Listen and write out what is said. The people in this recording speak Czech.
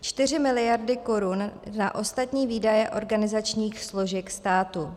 4 mld. korun na ostatní výdaje organizačních složek státu.